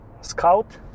Scout